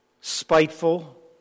spiteful